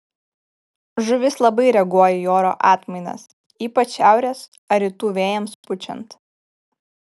žuvys labai reaguoja į oro atmainas ypač šiaurės ar rytų vėjams pučiant